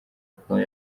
kagame